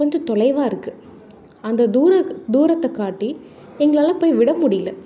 கொஞ்சம் தொலைவாக இருக்குது அந்த தூர தூரத்தை காட்டி எங்களால் போய் விட முடியல